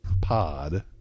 pod